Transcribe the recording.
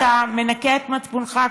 אתה מנקה את מצפונך,